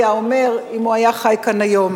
היה אומר אם הוא היה חי כאן היום.